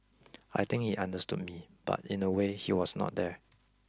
I think he understood me but in a way he was not there